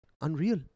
unreal